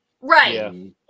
Right